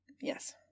Yes